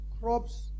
crops